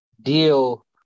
deal